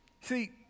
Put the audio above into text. See